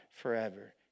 forever